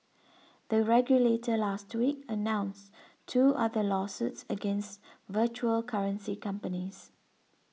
the regulator last week announced two other lawsuits against virtual currency companies